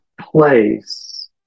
place